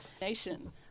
nation